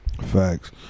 Facts